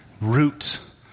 root